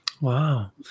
Wow